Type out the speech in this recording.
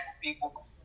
people